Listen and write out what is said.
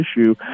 issue